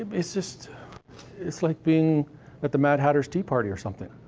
um it's just it's like being at the mad hatter's tea party or something.